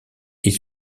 est